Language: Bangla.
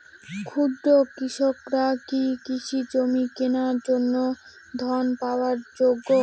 ক্ষুদ্র কৃষকরা কি কৃষি জমি কেনার জন্য ঋণ পাওয়ার যোগ্য?